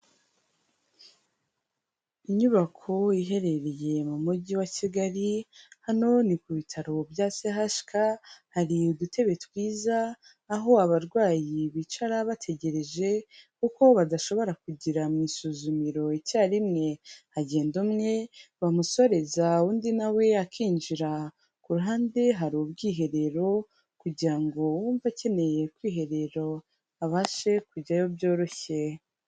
Inyubako iherereye mu mugi wa Kigali, hano ni ku bitaro bya CHK, hari udutebe twiza aho abarwayi bicara bategereje kuko badashobora kugira mu isuzumiro icyarimwe hagenda umwe bamusoreza undi na we akinjira, ku ruhande hari ubwiherero kugira ngo uwumva akeneye kwiherera abashe kujyayo byoroshye.